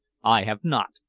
i have not.